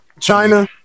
China